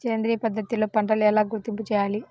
సేంద్రియ పద్ధతిలో పంటలు ఎలా గుర్తింపు చేయాలి?